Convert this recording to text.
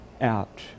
out